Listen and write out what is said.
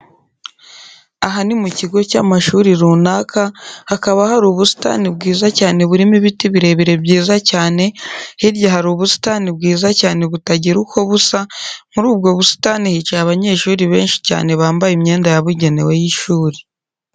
Aha ni mu kigo cy'amashuri runaka hakaba hari ubusitani bwiza cyane burimo ibiti birebire byiza cyane, hirya hari ubusitani bwiza cyane butagira uko busa, muri ubwo busitani hicaye abanyeshuri benshi cyane bambaye imyenda yabugenewe y'ishuri.